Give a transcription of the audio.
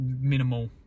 minimal